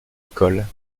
école